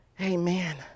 amen